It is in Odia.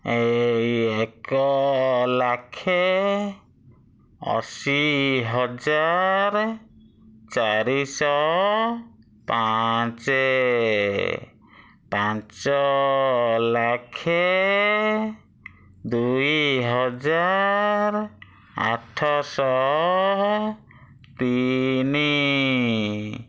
ଏଇ ଏକ ଲକ୍ଷ ଅଶୀ ହଜାର ଚାରିଶହ ପାଞ୍ଚ ପାଞ୍ଚ ଲାକ୍ଷ ଦୁଇ ହଜାର ଆଠଶହ ତିନି